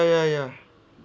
ya ya